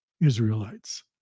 Israelites